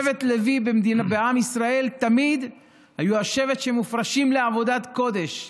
שבט לוי בעם ישראל תמיד היו השבט שמופרשים לעבודת קודש.